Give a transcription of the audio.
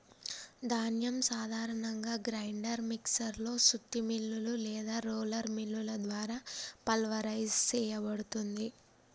ధాన్యం సాధారణంగా grinder mixer లో సుత్తి మిల్లులు లేదా రోలర్ మిల్లుల ద్వారా పల్వరైజ్ సేయబడుతుంది